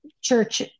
church